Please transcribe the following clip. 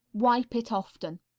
wipe it often.